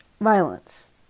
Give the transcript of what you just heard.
violence